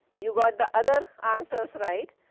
you got the other answers, right.